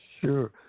Sure